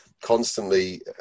constantly